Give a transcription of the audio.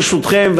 ברשותכם,